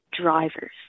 drivers